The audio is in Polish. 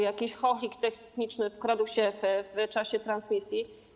Jakiś chochlik techniczny wkradł się w czasie transmisji.